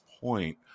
point